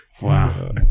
Wow